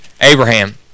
Abraham